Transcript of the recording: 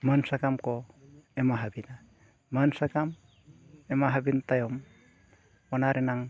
ᱢᱟᱹᱱ ᱥᱟᱠᱟᱢ ᱠᱚ ᱮᱢᱟ ᱟᱹᱵᱤᱱᱟ ᱢᱟᱹᱱ ᱥᱟᱠᱟᱢ ᱮᱢᱟ ᱟᱹᱵᱤᱱ ᱛᱟᱭᱚᱢ ᱚᱱᱟ ᱨᱮᱱᱟᱜ